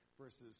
versus